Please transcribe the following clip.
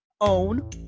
own